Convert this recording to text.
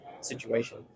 situation